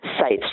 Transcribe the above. sites